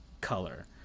Color